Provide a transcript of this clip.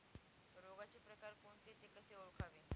रोगाचे प्रकार कोणते? ते कसे ओळखावे?